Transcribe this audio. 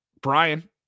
brian